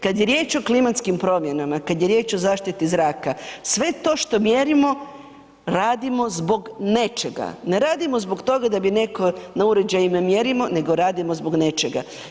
Kad je riječ o klimatskim promjenama, kad je riječ o zaštiti zraka, sve to što mjerimo, radimo zbog nečega, ne radimo zbog toga da bi netko, na uređajima mjerimo, nego radimo zbog nečega.